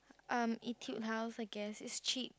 um Etude house I guess it's cheap